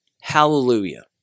Hallelujah